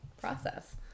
process